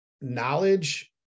knowledge